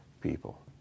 people